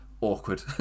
awkward